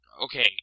okay